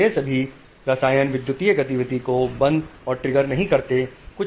ये सभी रसायन विद्युतीय गतिविधि को बंद और ट्रिगर नहीं करते हैं